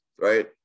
right